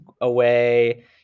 away